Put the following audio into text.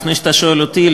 לפני שאתה שואל אותי,